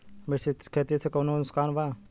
मिश्रित खेती से कौनो नुकसान वा?